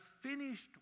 finished